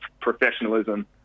professionalism